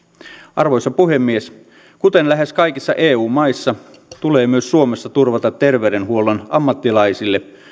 arvoisa puhemies kuten lähes kaikissa eu maissa tulee myös suomessa turvata terveydenhuollon ammattilaisille